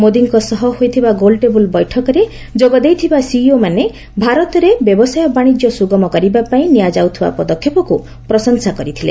ମୋଦିଙ୍କ ସହ ହୋଇଥିବା ଗୋଲଟେବ୍ରଲ ବୈଠକରେ ଯୋଗଦେଇଥିବା ସିଇଓମାନେ ଭାରତରେ ବ୍ୟବସାୟ ବାଣିଜ୍ୟ ସୁଗମ କରିବା ପାଇଁ ନିଆଯାଉଥିବା ପଦକ୍ଷେପକ୍ତ ପ୍ରଶଂସା କରିଥିଲେ